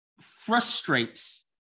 frustrates